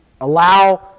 allow